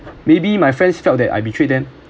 maybe my friends felt that I betrayed them